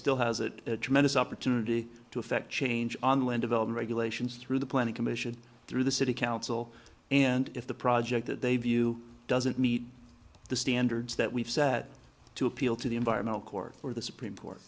still has a tremendous opportunity to effect change online developing regulations through the planning commission through the city council and if the project that they view doesn't meet the standards that we've set to appeal to the environmental corps or the supreme court